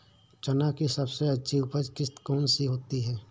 चना की सबसे अच्छी उपज किश्त कौन सी होती है?